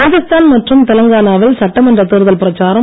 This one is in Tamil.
ராஜஸ்தான் மற்றும் தெலுங்கானாவில் சட்டமன்ற தேர்தல் பிரச்சாரம்